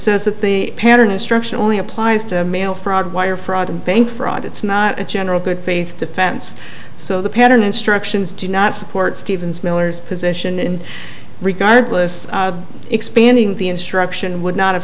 says that the pattern instruction only applies to mail fraud wire fraud and bank fraud it's not a general good faith defense so the pattern instructions do not support stevens miller's position and regardless expanding the instruction would not have